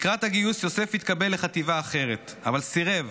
לקראת הגיוס יוסף התקבל לחטיבה אחרת אבל סירב